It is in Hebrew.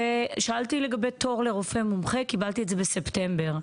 שאלתי לגבי תור לרופא מומחה קיבלתי את זה בספטמבר,